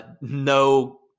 no